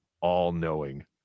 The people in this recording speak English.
all-knowing